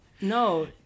No